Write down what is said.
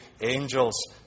angels